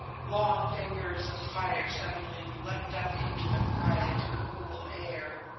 long fingers of fire suddenly leapt up into the quiet, cool air.